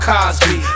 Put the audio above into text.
Cosby